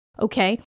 Okay